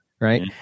Right